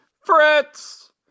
Fritz